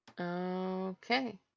Okay